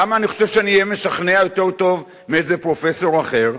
למה אני חושב שאני אהיה משכנע יותר טוב מאיזה פרופסור אחר?